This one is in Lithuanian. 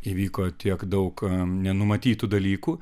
įvyko tiek daug nenumatytų dalykų